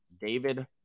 David